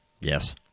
Yes